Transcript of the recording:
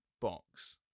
box